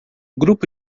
grupo